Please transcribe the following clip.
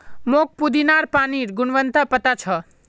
मोक पुदीनार पानिर गुणवत्ता पता छ